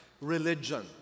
Religion